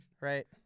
Right